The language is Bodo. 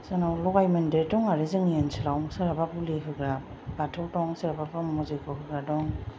जोंनाव लगाय मोनदेर दं आरो जोंनि ओनसोलाव सोरहाबा बुलि होग्रा बाथौ दं सोरहाबा ब्रह्म जग्य होग्रा दं